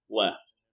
left